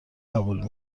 قبول